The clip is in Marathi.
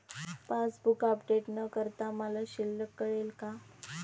पासबूक अपडेट न करता मला शिल्लक कळेल का?